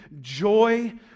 joy